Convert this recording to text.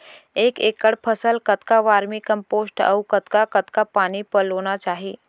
एक एकड़ फसल कतका वर्मीकम्पोस्ट अऊ कतका कतका पानी पलोना चाही?